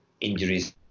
injuries